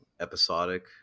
episodic